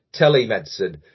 Telemedicine